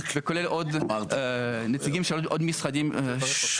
וזה כולל עוד נציגים של עוד משרדים שונים,